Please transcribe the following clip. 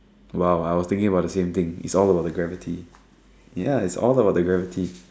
!wow! I was thinking about the same thing it's all about the gravity ya it's all about the gravity